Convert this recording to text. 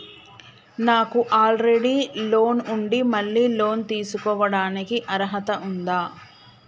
నాకు already loan ఉండి మళ్ళీ లోన్ తీసుకోవడానికి అర్హత ఉందా?